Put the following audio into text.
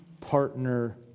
partner